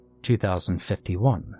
2051